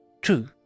True